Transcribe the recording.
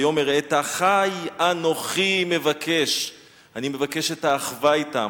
"ויאמר את אחי אנכי מבקש"; אני מבקש את האחווה אתם,